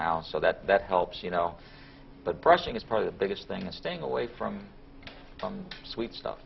now so that that helps you know but brushing is probably the biggest thing is staying away from some sweet stuff